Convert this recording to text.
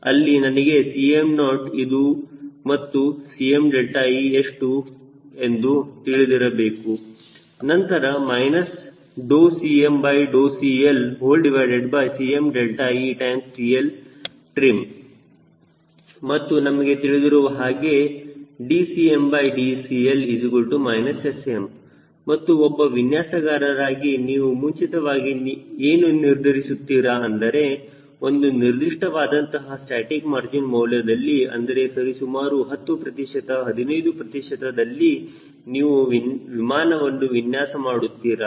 ಅಲ್ಲಿ ನನಗೆ Cm0 ಇದು ಮತ್ತು Cme ಎಷ್ಟು ಎಂದು ತಿಳಿದಿರಬೇಕು ನಂತರ CmCLCmeCLtrim ಮತ್ತು ನಿಮಗೆ ತಿಳಿದಿರುವ ಹಾಗೆ dCmdCL SM ಮತ್ತು ಒಬ್ಬ ವಿನ್ಯಾಸಕಾರರಾಗಿ ನೀವು ಮುಂಚಿತವಾಗಿ ಏನು ನಿರ್ಧರಿಸಿರುತ್ತಾರೆ ಅಂದರೆ ಒಂದು ನಿರ್ದಿಷ್ಟವಾದಂತಹ ಸ್ಟಾಸ್ಟಿಕ್ ಮಾರ್ಜಿನ್ ಮೌಲ್ಯದಲ್ಲಿ ಅಂದರೆ ಸರಿಸುಮಾರು 10 ಪ್ರತಿಶತ 15 ಪ್ರತಿಶತದಲ್ಲಿ ನೀವು ವಿಮಾನವನ್ನು ವಿನ್ಯಾಸ ಮಾಡುತ್ತೀರಾ